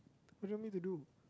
what do you want me to do